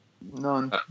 None